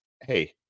hey